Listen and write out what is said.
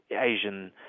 Asian